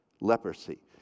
leprosy